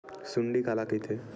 सुंडी काला कइथे?